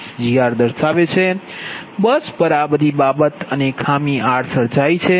બસ પર આ બધી બાબત અને ખામી rસર્જાઇ છે